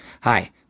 Hi